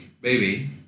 baby